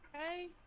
Okay